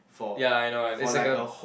ya I know one it's like a